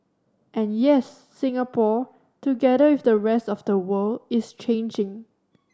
and yes Singapore together with the rest of the world is changing